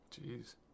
Jeez